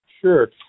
Sure